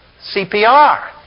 CPR